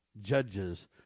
judges